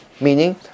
Meaning